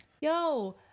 yo